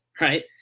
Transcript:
right